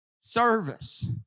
Service